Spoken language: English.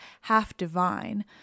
half-divine